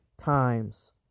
times